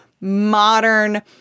modern